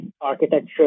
architecture